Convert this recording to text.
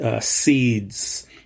Seeds